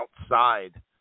outside